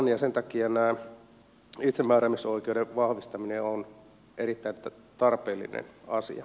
sen takia tämä itsemääräämisoikeuden vahvistaminen on erittäin tarpeellinen asia